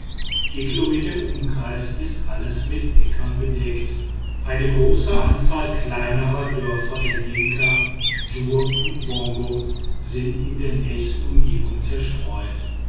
vier kilometer im umkreis ist alles mit äckern bedeckt eine große anzahl kleiner dörfer der dinka djur und bongo sind in der nächsten umgebung zerstreut